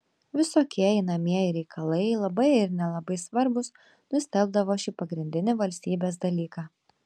visokie einamieji reikalai labai ir nelabai svarbūs nustelbdavo šį pagrindinį valstybės dalyką